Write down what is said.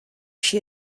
she